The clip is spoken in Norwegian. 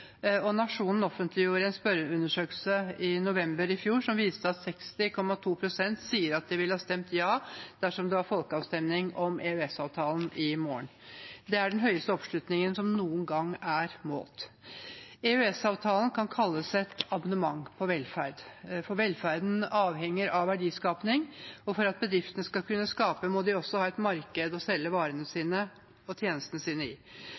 rekordstor. Nationen offentliggjorde en spørreundersøkelse i november i fjor som viste at 60,2 pst. sier at de ville ha stemt ja dersom det var folkeavstemning om EØS-avtalen i morgen. Det er den høyeste oppslutningen som noen gang er målt. EØS-avtalen kan kalles et abonnement på velferd. Velferden avhenger av verdiskaping, og for at bedriftene skal kunne skape, må de også ha et marked å selge varene og tjenestene sine i.